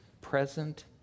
present